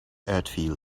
uitviel